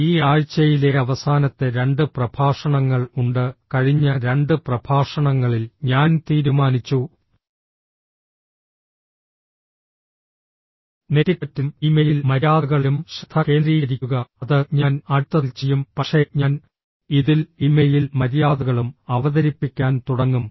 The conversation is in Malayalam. ഈ ആഴ്ചയിലെ അവസാനത്തെ രണ്ട് പ്രഭാഷണങ്ങൾ ഉണ്ട് കഴിഞ്ഞ രണ്ട് പ്രഭാഷണങ്ങളിൽ ഞാൻ തീരുമാനിച്ചു നെറ്റിക്വറ്റിലും ഇമെയിൽ മര്യാദകളിലും ശ്രദ്ധ കേന്ദ്രീകരിക്കുക അത് ഞാൻ അടുത്തതിൽ ചെയ്യും പക്ഷേ ഞാൻ ഇതിൽ ഇമെയിൽ മര്യാദകളും അവതരിപ്പിക്കാൻ തുടങ്ങും